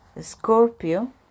Scorpio